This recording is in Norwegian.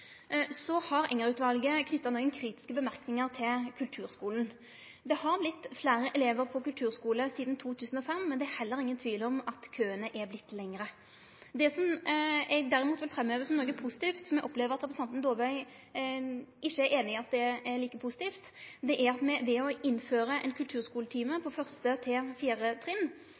har knytt nokre kritiske merknader til kulturskulen. Det har vorte fleire elevar på kulturskulen sidan 2005, men det er heller ingen tvil om at køane har vorte lengre. Det eg derimot vil framheve som noko positivt, som eg opplever at representanten Dåvøy ikkje er einig i at er like positivt, er at me ved å innføre ein kulturskuletime på 1.–4.-trinn – moglegheita til